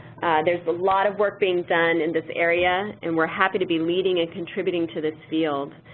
there's a lot of work being done in this area and we're happy to be leading and contributing to this field.